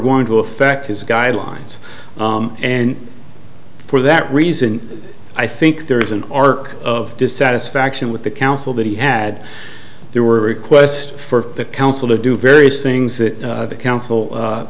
going to affect his guidelines and for that reason i think there's an arc of dissatisfaction with the council that he had there were requests for the council to do various things that the council